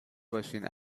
باشین